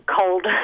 cold